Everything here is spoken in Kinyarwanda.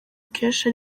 kenshi